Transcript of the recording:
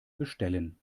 bestellen